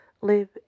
live